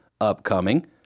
upcoming